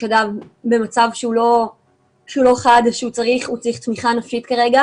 כשאדם במצב שהוא לא חד והוא צריך תמיכה נפשית באותו רגע.